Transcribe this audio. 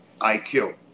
IQ